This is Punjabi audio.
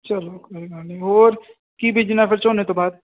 ਚਲੋ ਕੋਈ ਗੱਲ ਨਹੀਂ ਹੋਰ ਕੀ ਬੀਜਣਾ ਫਿਰ ਝੋਨੇ ਤੋਂ ਬਾਅਦ